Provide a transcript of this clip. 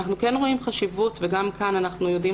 אנחנו רואים